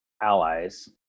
Allies